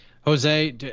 Jose